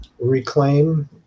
reclaim